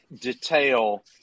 detail